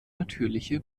natürliche